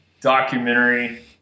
documentary